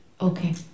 Okay